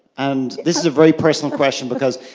and this is a very personal question, because,